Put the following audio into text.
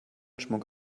schmuck